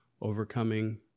overcoming